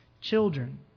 children